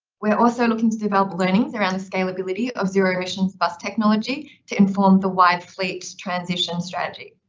we're also looking to develop learnings around the scalability of zero emissions bus technology to inform the wide fleet transition strategy,